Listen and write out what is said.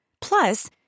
Plus